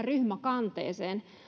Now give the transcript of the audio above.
ryhmäkanteeseen